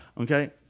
Okay